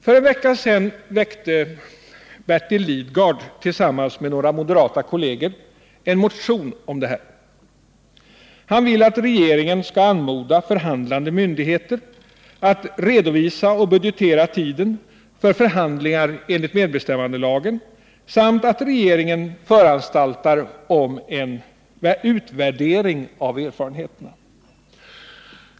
För en vecka sedan väckte Bertil Lidgard tillsammans med några moderata kolleger en motion om detta. De vill att regeringen skall anmoda förhandlande myndigheter att redovisa och budgetera tiden för förhandlingar enligt MBL samt att regeringen skall föranstalta om en utvärdering av erfarenheterna.